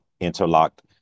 interlocked